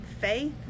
faith